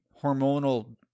hormonal